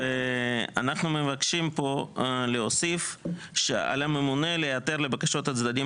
אנחנו מבקשים פה להוסיף "על הממונה להיעתר לבקשות הצדדים